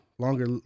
longer